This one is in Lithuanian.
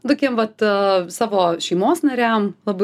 tokiem vat savo šeimos nariam labai